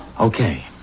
Okay